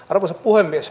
arvoisa puhemies